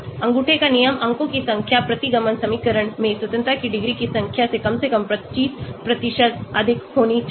अंगूठे का नियम अंकों की संख्या प्रतिगमन समीकरण में स्वतंत्रता की डिग्री की संख्या से कम से कम 25 अधिक होनी चाहिए